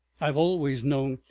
i've always known.